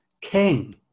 king